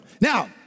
Now